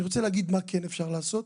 אני רוצה להגיד מה כן אפשר לעשות,